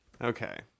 okay